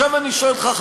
עכשיו אני שואל אותך,